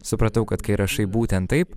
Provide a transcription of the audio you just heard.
supratau kad kai rašai būtent taip